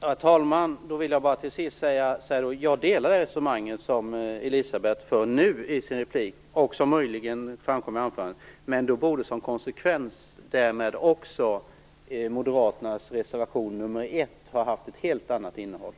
Herr talman! Då vill jag bara till sist säga att jag delar den uppfattning som Elisabeth Fleetwood för fram nu i sin replik och som möjligen framkom i anförandet. Men som konsekvens därav borde också Moderaternas reservation nr 1 ha haft ett helt annat innehåll.